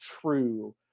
true